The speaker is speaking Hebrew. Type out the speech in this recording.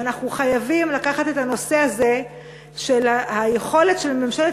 ואנחנו חייבים לקחת את הנושא של היכולת של ממשלת